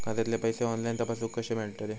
खात्यातले पैसे ऑनलाइन तपासुक कशे मेलतत?